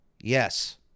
yes